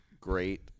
great